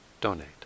donate